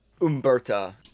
Umberta